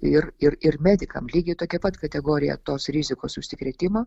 ir ir ir medikam lygiai tokia pat kategorija tos rizikos užsikrėtimo